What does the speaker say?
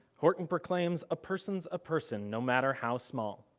horton proclaims, a person's a person no matter how small.